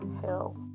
hell